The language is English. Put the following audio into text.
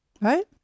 right